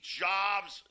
jobs